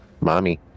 mommy